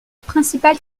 principale